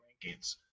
rankings